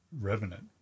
Revenant